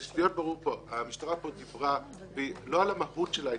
ברור פה: המשטרה דיברה לא על המהות של העניין.